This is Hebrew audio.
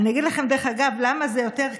איך נתפלל עליהם?